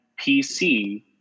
PC